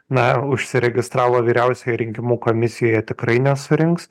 na užsiregistravo vyriausioje rinkimų komisijoje tikrai nesurinks